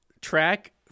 track